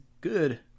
good